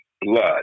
blood